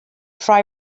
fry